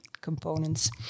components